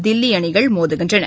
தில்லிஅணிகள் மோதுகின்றன